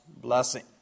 blessing